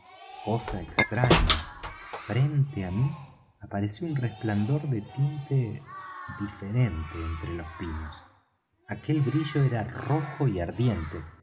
cosa extraña frente á mí apareció un resplandor de tinte diferente entre los pinos aquel brillo era rojo y ardiente